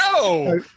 No